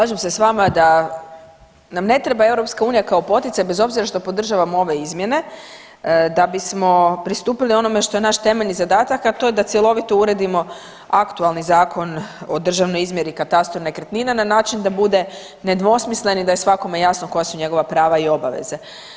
Slažem se s vama da nam ne treba EU kao poticaj bez obzira što podržavamo ove izmjene da bismo pristupili onome što je naš temeljni zadatak, a to je da cjelovito uredimo aktualni Zakon o državnoj izmjeri i katastru nekretnina na način da bude nedvosmislen i da je svakome jasno koja su njegova prava i obaveze.